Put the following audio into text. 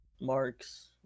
marks